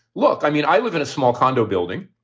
look, i mean, i live in a small condo building.